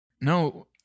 No